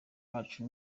wacu